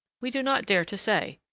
we do not dare to say.